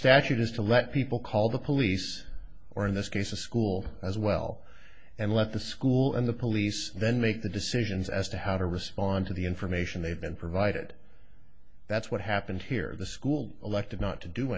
statute is to let people call the police or in this case a school as well and let the school and the police then make the decisions as to how to respond to the information they've been provided that's what happened here the school elected not to do